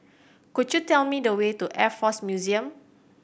could you tell me the way to Air Force Museum